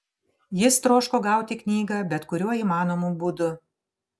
jis troško gauti knygą bet kuriuo įmanomu būdu